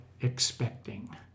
expecting